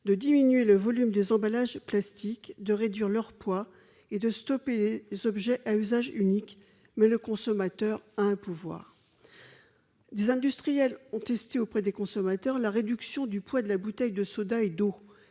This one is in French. de diminuer le volume des emballages plastiques de réduire leur poids et de stopper les objets à usage unique, mais le consommateur a un pouvoir des industriels ont testé auprès des consommateurs, la réduction du poids de la bouteille de soda et d'eau,